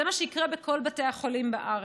זה מה שיקרה בכל בתי החולים בארץ.